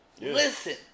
Listen